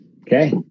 Okay